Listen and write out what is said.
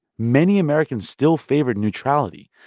many americans still favored neutrality.